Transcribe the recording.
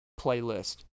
playlist